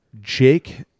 Jake